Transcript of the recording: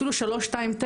אפילו 329,